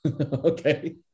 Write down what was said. okay